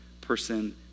person